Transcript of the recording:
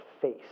face